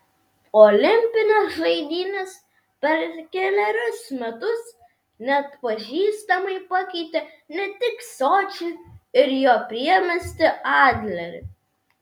olimpinės žaidynės per kelerius metus neatpažįstamai pakeitė ne tik sočį ir jo priemiestį adlerį